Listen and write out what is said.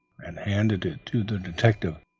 and handed it to the detective,